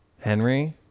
Henry